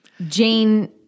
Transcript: Jane